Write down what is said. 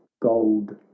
gold